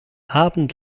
abend